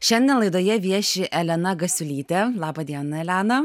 šiandien laidoje vieši elena gasiulytė laba diena elena